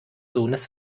sohnes